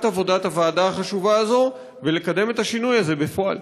עבודת הוועדה החשובה הזאת ולקדם את השינוי הזה בפועל.